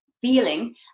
feeling